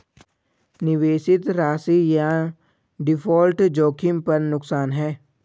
निवेशित राशि या डिफ़ॉल्ट जोखिम पर नुकसान है